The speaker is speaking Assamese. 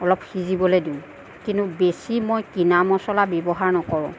অলপ সিজিবলে দিওঁ কিন্তু বেছি মই কিনা মচলা ব্যৱহাৰ নকৰোঁ